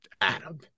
Adam